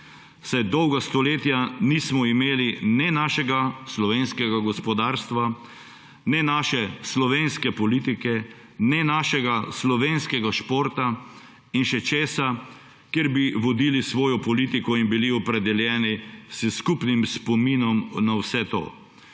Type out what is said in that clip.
saj dolga stoletja nismo imeli ne našega slovenskega gospodarstva, ne naše slovenske politike, ne našega slovenskega športa in še česa, kjer bi vodili svojo politiko in bili opredeljeni s skupnim spominom na vse to.